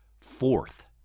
fourth